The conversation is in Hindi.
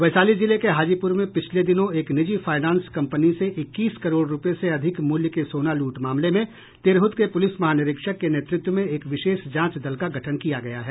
वैशाली जिले के हाजीपुर में पिछले दिनों एक निजी फायनांस कंपनी से इक्कीस करोड़ रूपये से अधिक मूल्य के सोना लूट मामले में तिरहुत के पुलिस महानिरीक्षक के नेतृत्व में एक विशेष जांच दल का गठन किया गया है